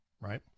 right